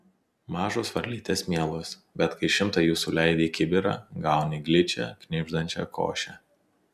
mažos varlytės mielos bet kai šimtą jų suleidi į kibirą gauni gličią knibždančią košę